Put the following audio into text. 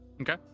Okay